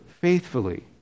faithfully